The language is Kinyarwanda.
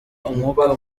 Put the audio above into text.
umwuka